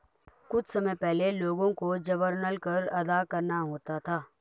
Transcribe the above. कुछ समय पहले लोगों को जबरन कर अदा करना होता था